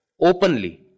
openly